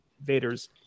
Vader's